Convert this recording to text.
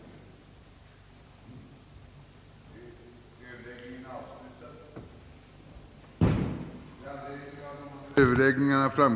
dels besluta, att den centrala myndigheten skulle vara underställd överbefälhavaren,